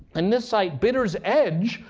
and this site, bidder's edge,